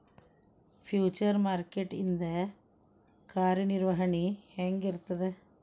Future market ಇಂದ್ ಕಾರ್ಯನಿರ್ವಹಣಿ ಹೆಂಗಿರ್ತದ?